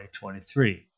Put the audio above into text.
2023